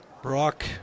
Brock